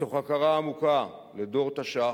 מתוך הוקרה עמוקה לדור תש"ח